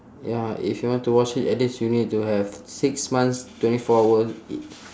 ya if you want to watch it at least you need to have six months twenty four hour i~